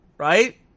Right